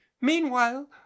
meanwhile